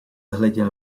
hleděl